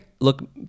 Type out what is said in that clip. Look